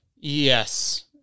Yes